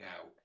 out